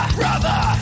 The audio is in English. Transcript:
brother